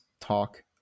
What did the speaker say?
talk